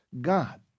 God